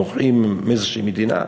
בורחים מאיזושהי מדינה?